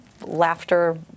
laughter